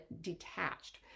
detached